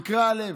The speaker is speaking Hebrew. נקרע הלב.